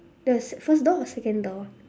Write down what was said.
the sec~ first door or second door